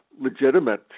legitimate